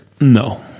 No